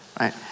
Right